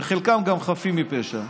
וחלקם גם חפים מפשע,